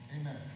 Amen